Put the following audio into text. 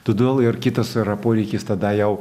todėl ir kitas yra poreikis tada jau